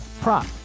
prop